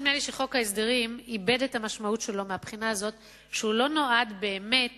נדמה לי שחוק ההסדרים איבד את המשמעות שלו מבחינה זו שהוא לא נועד באמת